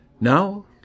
Now